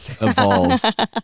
evolved